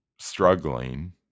struggling